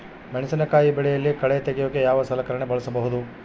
ಮೆಣಸಿನಕಾಯಿ ಬೆಳೆಯಲ್ಲಿ ಕಳೆ ತೆಗಿಯೋಕೆ ಯಾವ ಸಲಕರಣೆ ಬಳಸಬಹುದು?